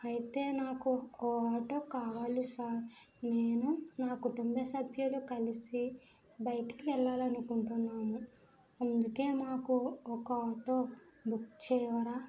అయితే నాకు ఒక ఆటో కావాలి సార్ నేను నా కుటుంబ సభ్యులు కలిసి బయటికెళ్ళాలనుకుంటున్నాము అందుకే మాకు ఒక ఆటో బుక్ చేయరా